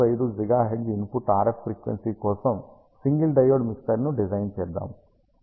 25 GHz input RF frequency కోసం single diode మిక్సర్ను design చేద్దాం